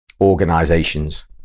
organizations